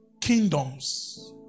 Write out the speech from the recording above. kingdoms